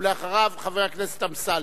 ואחריו, חבר הכנסת אמסלם.